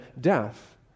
death